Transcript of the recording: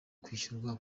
kwishyurwa